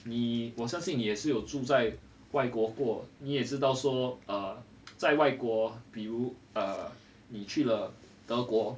你我相信你也是有住在外国过你也知道说 err 在外国比如 err 你去了德国